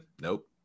nope